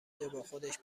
جاباخودش